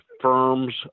firms